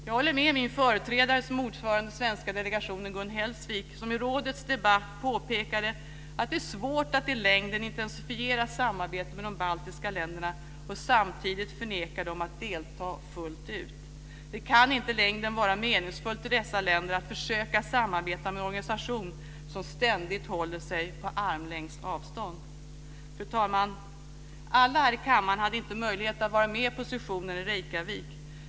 Jag håller med min företrädare som ordförande i den svenska delegationen, Gun Hellsvik, som i rådets debatt påpekade att det är svårt att i längden intensifiera samarbetet med de baltiska länderna och samtidigt förneka dem att delta fullt ut. Det kan inte i längden vara meningsfullt för dessa länder att försöka samarbeta med en organisation som ständigt håller sig på armlängds avstånd. Fru talman! Alla här i kammaren hade inte möjlighet att vara med på sessionen i Reykjavik.